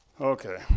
Okay